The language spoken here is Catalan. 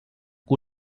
que